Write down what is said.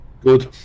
Good